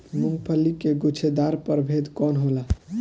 मूँगफली के गुछेदार प्रभेद कौन होला?